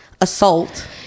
assault